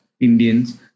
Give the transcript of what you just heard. Indians